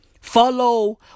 Follow